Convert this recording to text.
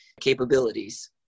Capabilities